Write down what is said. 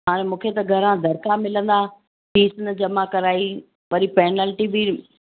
हाणे मूंखे त घरां धड़का मिलंदा फीस न जमा कराई वरी पैनल्टी बि